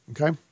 okay